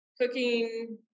cooking